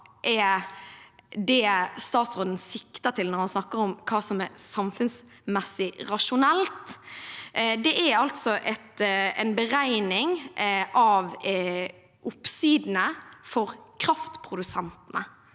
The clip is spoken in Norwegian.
er det statsråden sikter til når han snakker om hva som er samfunnsmessig rasjonelt, er at det er en beregning av oppsidene for kraftprodusentene,